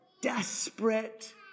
desperate